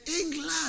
England